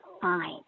fine